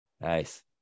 Nice